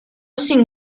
sin